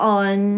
on